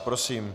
Prosím.